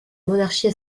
monarchie